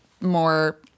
more –